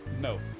No